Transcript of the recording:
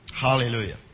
Hallelujah